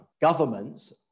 Governments